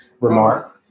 remark